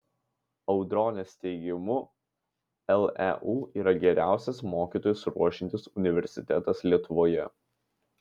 audronės teigimu leu yra geriausias mokytojus ruošiantis universitetas lietuvoje